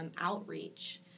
outreach